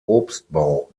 obstbau